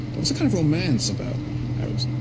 it was a kind of romance about arabs.